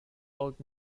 old